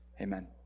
Amen